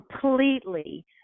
completely